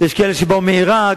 יש כאלה שבאו מעירק,